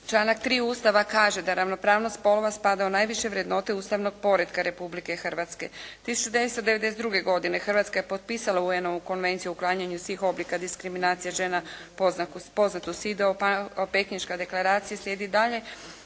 Članak 3. Ustava kaže da ravnopravnost spolova spada u najviše vrednote ustavnog poretka Republike Hrvatske. 1992. godine Hrvatska je potpisala UN-ovu konvenciju o uklanjanju svih oblika diskriminacija žena poznatu … /Ne razumije se./ … sve